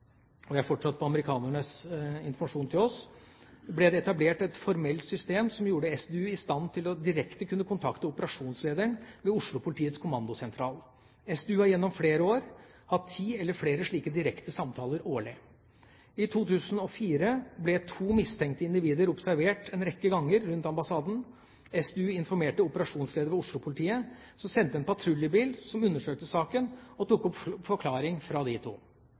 og det gjelder fortsatt amerikanernes informasjon til oss – ble det etablert et formelt system som gjorde SDU i stand til direkte å kunne kontakte operasjonslederen ved Oslo-politiets kommandosentral. SDU har gjennom flere år hatt ti eller flere slike direkte samtaler årlig. I 2004 ble to mistenkelige individer observert en rekke ganger rundt ambassaden. SDU informerte operasjonsleder ved Oslo-politiet, som sendte en patruljebil, som undersøkte saken og tok opp forklaring fra de to.